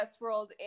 Westworld